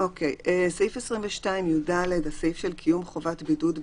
סעיף 22(יד), הסעיף של קיום חובת בידוד בפנימייה.